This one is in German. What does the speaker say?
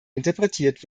interpretiert